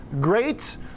great